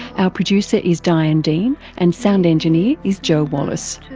our producer is diane dean, and sound engineer is joe wallace.